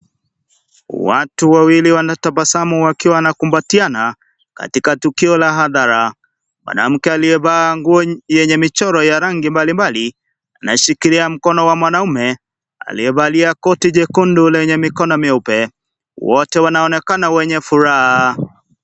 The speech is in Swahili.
Watu wawili wanatabasamu wakiwa wanakumbatiana katika tukio la hadhara, mwanamke aliyevaa nguo yenye michoro ya rangi mbali mbali ameshikilia mkono wa mwanaume aliyevalia koti jekundu lenye mikono mieupe, wote wanaonekana wenye furaha.